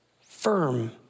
firm